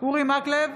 אורי מקלב,